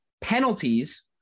penalties